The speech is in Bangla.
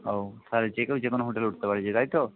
ও তাহলে যে কেউ যেকোনো হোটেলে উঠতে পারি যেয়ে তাই তো